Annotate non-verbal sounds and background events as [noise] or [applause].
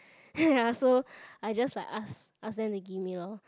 [noise] so I just like ask ask them to give me lor